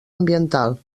ambiental